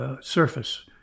surface